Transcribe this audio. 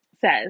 says